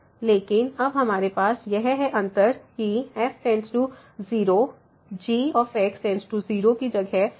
लेकिन अब हमारे पास यह है अंतर है कि fx→0 gx→0 की जगह वे दोनों टेंड टु हैं